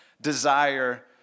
desire